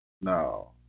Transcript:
No